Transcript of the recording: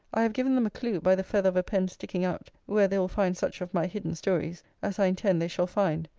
i have given them a clue, by the feather of a pen sticking out, where they will find such of my hidden stories, as i intend they shall find.